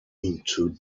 into